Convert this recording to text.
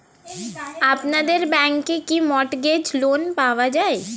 আপনাদের ব্যাংকে কি মর্টগেজ লোন পাওয়া যায়?